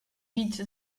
více